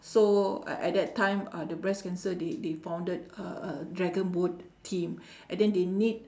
so at that time uh the breast cancer they they founded a a dragon boat team and then they need